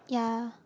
ya